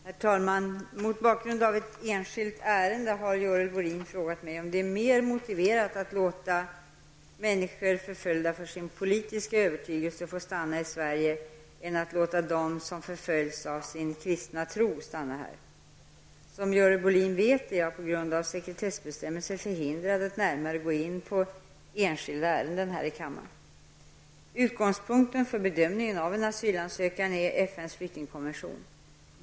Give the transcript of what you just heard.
Herr talman! Mot bakgrund av ett enskilt ärende har Görel Bohlin frågat mig om det är mer motiverat att låta människor förföljda för sin politiska övertygelse stanna i Sverige än att låta dem som förföljs för sin kristna tro stanna här. Som Görel Bohlin vet är jag på grund av sekretessbestämmelser förhindrad att närmare gå in på enskilda ärenden här i kammaren. Utgångspunkten för bedömningen av en asylansökan är FNs flyktingkonvention.